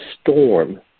storm